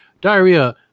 diarrhea